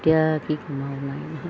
এতিয়া কি কম আৰু নাইয়ে নহয়